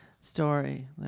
story